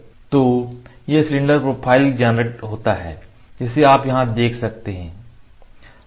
तो यह cylinder profile generate होता है जिसे आप यहाँ देख सकते हैं